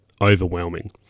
overwhelming